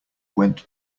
went